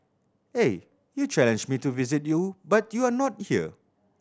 eh you challenged me to visit you but you are not here